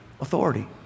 authority